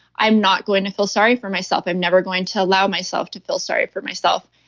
i'm not going to feel sorry for myself. i'm never going to allow myself to feel sorry for myself.